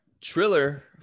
Triller